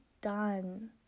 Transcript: done